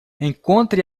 encontre